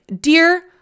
Dear